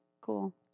Cool